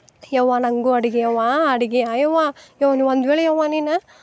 ಯವ್ವ ನನಗು ಅಡಿಗೆ ಯವ್ವಾ ಅಡಿಗೆ ಆ ಯವ್ವಾ ಯವ್ ನೀ ಒಂದು ವೇಳೆ ಯವ್ವ ನೀನು